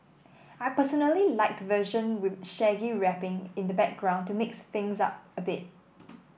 I personally like the version with Shaggy rapping in the background to mix things up a bit